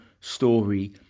story